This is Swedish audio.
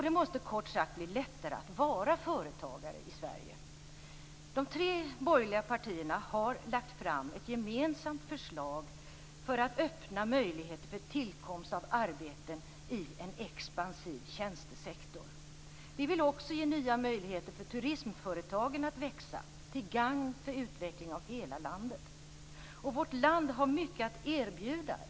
Det måste kort sagt bli lättare att vara företagare i De tre borgerliga partierna har lagt fram ett gemensamt förslag för att öppna möjligheter för tillkomst av arbete i en expansiv tjänstesektor. Vi vill också ge nya möjligheter för turismföretagen att växa till gagn för utveckling av hela landet. Vårt land har mycket att erbjuda.